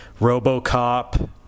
Robocop